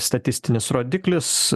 statistinis rodiklis